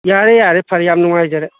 ꯌꯥꯔꯦ ꯌꯥꯔꯦ ꯐꯔꯦ ꯌꯥꯝ ꯅꯨꯡꯉꯥꯏꯖꯔꯦ